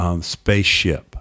spaceship